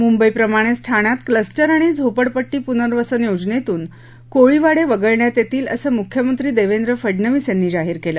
मुंबईप्रमाणेच ठाण्यात क्लस्टर आणि झोपडपट्टी पुनर्वसन योजनेतून कोळीवाडे वगळण्यात येतील असं मुख्यमंत्री देवेंद्र फडणवीस यांनी जाहिर केलं